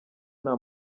nta